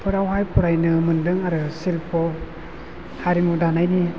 फोरावहाय फरायनो मोनदों आरो सिल्प' हारिमु दानायनि